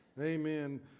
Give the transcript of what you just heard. Amen